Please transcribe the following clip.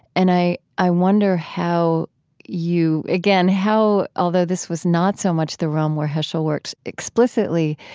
and i i wonder how you again, how although this was not so much the realm where heschel worked explicitly,